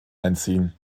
einziehen